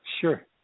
Sure